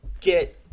get